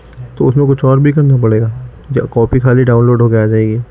تو اس میں کچھ اور بھی کرنا پڑے گا یا کاپی خالی ڈاؤن لوڈ ہو کے آ جائے گی